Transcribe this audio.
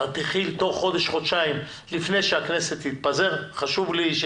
תוך חודש, חודשיים, לפני שהכנסת תתפזר חשוב לי.